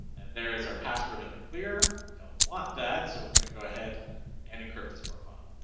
and there is our password in the clear don't want that. so we're going to go ahead and encrypt this profile.